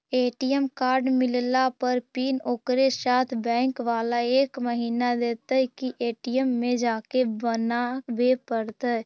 ATM card मिलला पर PIN ओकरे साथे बैक बाला महिना देतै कि ए.टी.एम में जाके बना बे पड़तै?